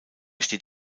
steht